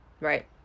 right